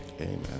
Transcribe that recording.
Amen